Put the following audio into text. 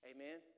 Amen